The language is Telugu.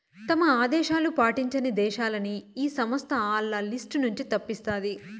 తమ ఆదేశాలు పాటించని దేశాలని ఈ సంస్థ ఆల్ల లిస్ట్ నుంచి తప్పిస్తాది